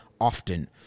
often